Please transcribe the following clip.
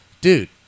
dude